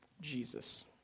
Jesus